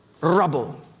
Rubble